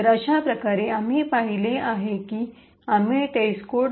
तर अशाप्रकारे आम्ही पाहिले आहे की आम्ही टेस्टकोड